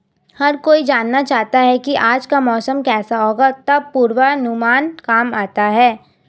हर कोई जानना चाहता है की आज का मौसम केसा होगा तब पूर्वानुमान काम आता है